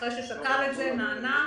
אחרי ששקל את זה, נענה,